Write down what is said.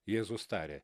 jėzus tarė